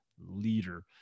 leader